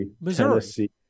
Missouri